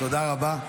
תודה רבה.